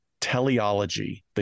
teleology